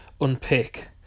unpick